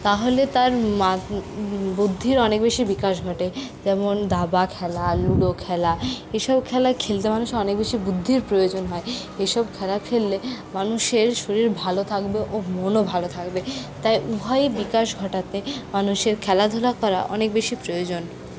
তাহলে তার বুদ্ধির অনেক বেশি বিকাশ ঘটে যেমন দাবা খেলা লুডো খেলা এসব খেলা খেলতে মানুষের অনেক বুদ্ধির প্রয়োজন হয় এসব খেলা খেললে মানুষের শরীর ভালো থাকবে ও মনও ভালো থাকবে তাই উভয়ের বিকাশ ঘটাতে মানুষের খেলাধুলা করা অনেক বেশি প্রয়োজন